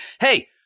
hey